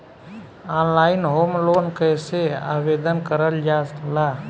Online home loan कैसे आवेदन करल जा ला?